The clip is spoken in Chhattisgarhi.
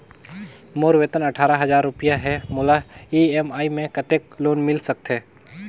मोर वेतन अट्ठारह हजार रुपिया हे मोला ई.एम.आई मे कतेक लोन मिल सकथे?